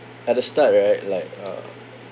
at the start right like uh